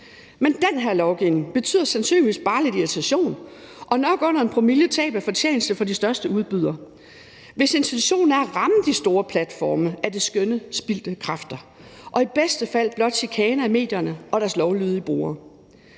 Men den her lovgivning betyder sandsynligvis bare lidt irritation og nok under en promilles tab af fortjeneste for de største udbydere. Hvis intentionen er at ramme de store platforme, er det skønne spildte kræfter og i bedste fald blot chikane af medierne og deres lovlydige brugere.